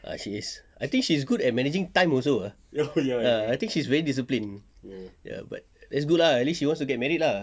ah she is I think she's good at managing time also ah ah I think she very disciplined ya but that's good lah at least she want to get married lah